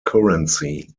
currency